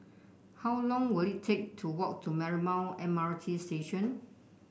how long will it take to walk to Marymount M R T Station